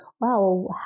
Wow